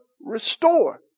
Restore